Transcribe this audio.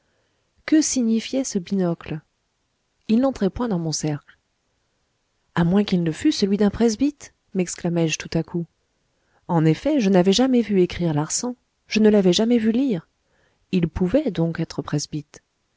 que signifiait ce binocle il n'entrait point dans mon cercle à moins qu'il ne fût celui d'un presbyte mexclamai je tout à coup en effet je n'avais jamais vu écrire larsan je ne l'avais jamais vu lire il pouvait donc être presbyte